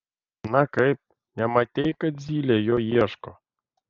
na kaip nematei kad zylė jo ieško